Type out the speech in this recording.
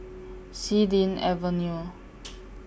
Xilin Avenue